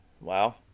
Wow